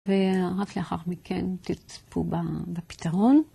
ורק לאחר מכן תצפו בפתרון.